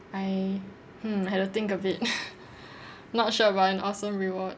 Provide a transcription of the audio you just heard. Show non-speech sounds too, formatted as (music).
I hmm I had to think a bit (laughs) not sure about an awesome reward